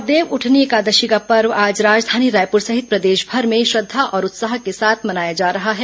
और देवउठनी एकादशी का पर्व आज राजधानी रायपुर सहित प्रदेशभर में श्रद्वा और उत्साह के साथ मनाया जा रहा है